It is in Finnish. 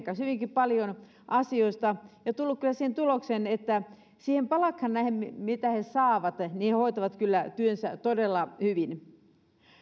hyvinkin paljon asioista ja tullut kyllä siihen tulokseen että siihen palkkaan nähden mitä he saavat he hoitavat kyllä työnsä todella hyvin